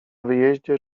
wyjeździe